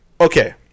okay